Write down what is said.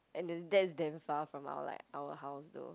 and then that's damn far from our like our house though